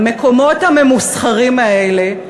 המקומות הממוסחרים האלה,